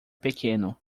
pequeno